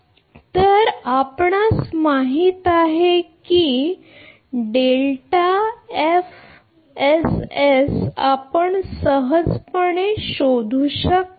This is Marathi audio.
तर आपणास माहित आहे की आपण सहजपणे शोधू शकता